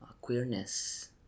queerness